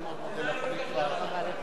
תחליף אותי חברת הכנסת אורלי לוי אבקסיס,